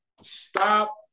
Stop